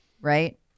right